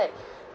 like